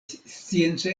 scienca